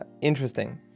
interesting